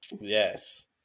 Yes